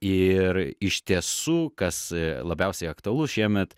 ir iš tiesų kas labiausiai aktualu šiemet